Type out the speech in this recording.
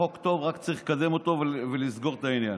החוק טוב, רק צריך לקדם אותו ולסגור את העניין.